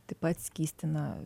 taip pat skystina